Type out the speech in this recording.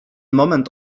moment